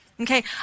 Okay